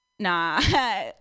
Nah